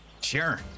Sure